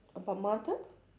about mother